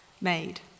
made